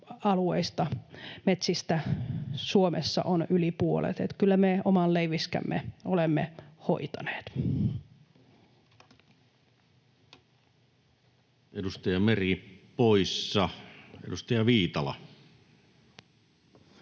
alueista, metsistä, Suomessa on yli puolet, niin että kyllä me oman leiviskämme olemme hoitaneet. Edustaja Meri poissa. — Edustaja Viitala.